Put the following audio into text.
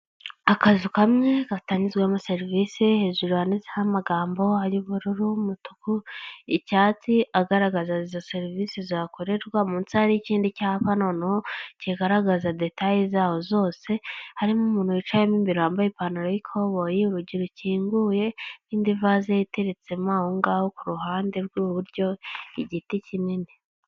Akazu kamwe gatangizwemo serivisi hejuru handitseho amagambo ay'ubururu n'umutuku icyatsi agaragaza izo serivisi zakorerwa munsi hari icyapa noneho kigaragaza detaye zaho zose harimo umuntu wicayemo imbere wambaye ipantaro y'ikoboyi urugi rukinguye n'indi vase iteretsemo aho ngaho ku ruhande rw'iburyo igiti kinini.